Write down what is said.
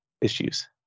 issues